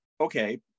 okay